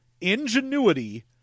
ingenuity